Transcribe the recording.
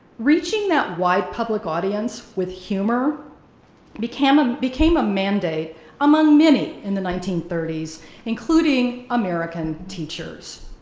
reaching that wide public audience with humor became ah became a mandate among many in the nineteen thirty s including american teachers.